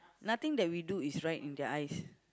nothing that we do is right in their eyes